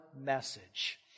message